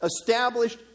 established